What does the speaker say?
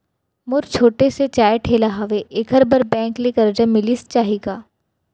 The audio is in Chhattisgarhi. मोर छोटे से चाय ठेला हावे एखर बर बैंक ले करजा मिलिस जाही का?